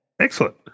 Excellent